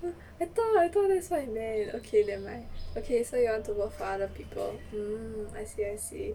I thought I thought that's what it meant okay nevermind okay so you want to work for other people mm I see I see